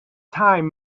time